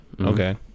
okay